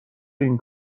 این